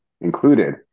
included